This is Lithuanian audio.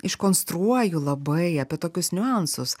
iškonstruoju labai apie tokius niuansus